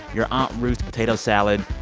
your aunt ruth's potato salad.